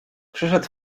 przyszedł